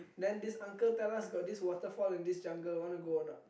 then this uncle tell us got this waterfall in this jungle wanna go or not